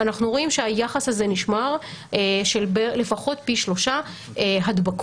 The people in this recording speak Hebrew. אנחנו רואים שהיחס הזה נשמר לפחות פי שלושה הדבקות